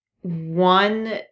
one